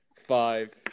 Five